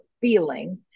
feeling